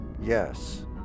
Yes